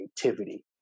creativity